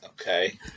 Okay